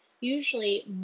Usually